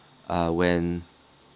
uh when